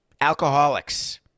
Alcoholics